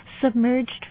submerged